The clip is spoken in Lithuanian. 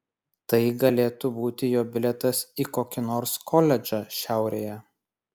tai galėtų būti jo bilietas į kokį nors koledžą šiaurėje